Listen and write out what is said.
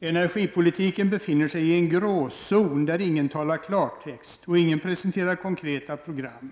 Energipolitiken befinner sig i en gråzon där ingen talar klartext och ingen presenterar konkreta program.